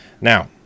Now